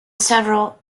several